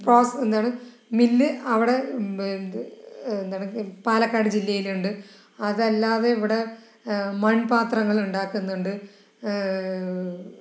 പ്രോസ് എന്താണ് മില്ല് അവിടെ എന്താണ് പാലക്കാട് ജില്ലയിൽ ഉണ്ട് അതല്ലാതെ ഇവിടെ മൺപാത്രങ്ങൾ ഉണ്ടാക്കുന്നുണ്ട്